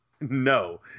No